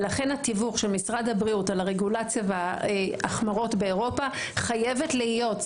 לכן התיווך של משרד הבריאות על הרגולציה וההחמרות באירופה חייבת להיות.